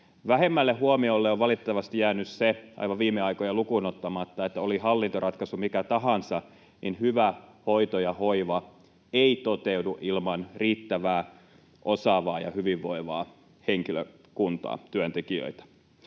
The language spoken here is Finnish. Vähemmälle huomiolle on valitettavasti jäänyt se, aivan viime aikoja lukuun ottamatta, että oli hallintoratkaisu mikä tahansa, niin hyvä hoito ja hoiva ei toteudu ilman riittävää, osaavaa ja hyvinvoivaa henkilökuntaa, työntekijöitä.